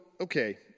okay